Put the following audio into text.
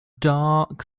dark